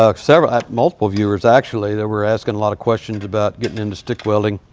ah several, multiple viewers, actually, that were asking a lot of questions about getting into stick welding.